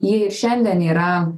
ji ir šiandien yra